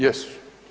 Jesu.